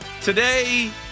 Today